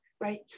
right